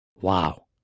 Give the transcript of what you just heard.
Wow